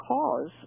cause